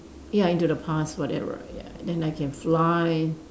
ya into the past whatever ya then I can fly